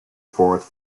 fourth